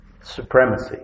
Supremacy